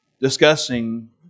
discussing